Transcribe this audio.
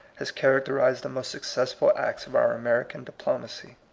has characterized the most successful acts of our american diplomacy.